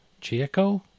Chieko